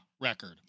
Record